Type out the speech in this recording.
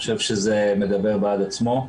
אני חושב שזה מדבר בעד עצמו.